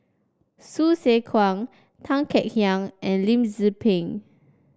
Hsu Tse Kwang Tan Kek Hiang and Lim Tze Peng